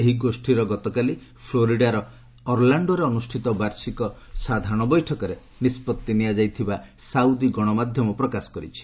ଏହି ଗୋଷୀର ଗତକାଲି ଫ୍ଲୋରିଡ଼ାର ଅର୍ଲାଣ୍ଡୋରେ ଅନୁଷ୍ଠିତ ବାର୍ଷିକ ସାଧାରଣ ବୈଠକରେ ନିଷ୍ପଭି ନିଆଯାଇଥିବା ସାଉଦି ଗଣମାଧ୍ୟମ ପ୍ରକାଶ କରିଛି